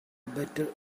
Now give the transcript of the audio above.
better